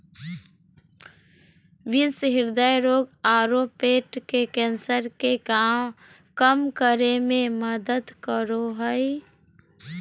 beans हृदय रोग आरो पेट के कैंसर के कम करे में मदद करो हइ